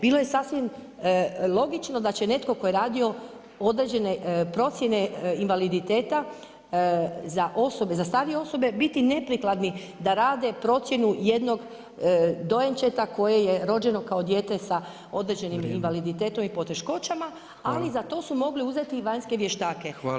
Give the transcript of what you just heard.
Bilo je sasvim logično da će netko tko je radio određene procjene invaliditeta za starije osobe biti neprikladni da rade procjenu jednog dojenčeta koje je rođeno kao dijete sa određenim invaliditetom i poteškoćama, ali za to su mogli uzeti vanjske vještake.